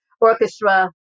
orchestra